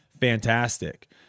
fantastic